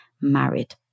married